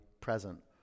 present